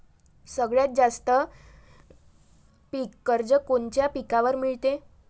सगळ्यात जास्त पीक कर्ज कोनच्या पिकावर मिळते?